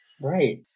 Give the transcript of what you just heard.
Right